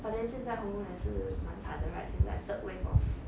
but then 现在 hong-kong 也是蛮惨的 right 现在 third wave of